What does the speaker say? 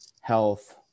health